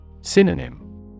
Synonym